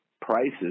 prices